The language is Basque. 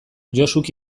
josuk